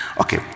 Okay